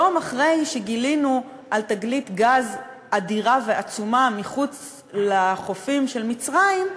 יום אחרי שגילינו על תגלית גז אדירה ועצומה מחוץ לחופים של מצרים,